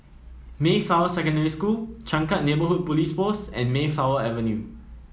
Mayflower Secondary School Changkat Neighbourhood Police Post and Mayflower Avenue